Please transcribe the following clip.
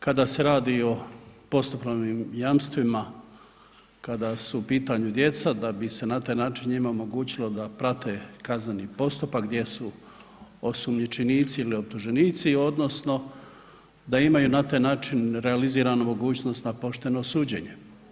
Kada se radi o postupnovim jamstvima, kada su u pitanju djeca, da bi se na taj način njima omogućilo da prate kazneni postupak gdje su osumnjičenici ili optuženici odnosno da imaju na taj način realiziranu mogućnost na pošteno suđenje.